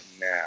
now